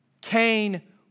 Cain